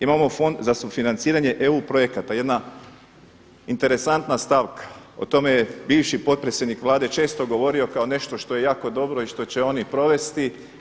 Imamo Fond za sufinanciranje EU projekata, jedna interesantna stavka, o tome je bivši potpredsjednik Vlade često govorio kao nešto što je jako dobro i što će oni provesti.